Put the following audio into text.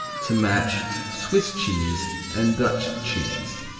to match swiss cheese and dutch cheese.